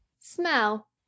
Smell